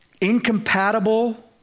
incompatible